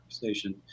Conversation